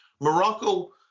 Morocco